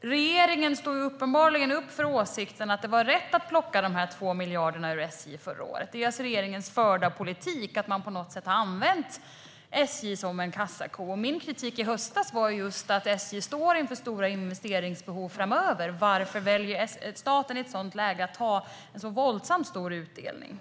Regeringen står uppenbarligen upp för åsikten att det var rätt att plocka de 2 miljarderna ur SJ förra året. Regeringens förda politik har varit att använda SJ som en kassako. Min kritik i höstas var just att SJ står inför stora investeringsbehov framöver. Varför väljer staten i ett sådant läge att ta ut en så våldsam utdelning?